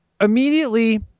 immediately